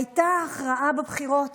הייתה הכרעה בבחירות